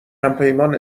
همپیمان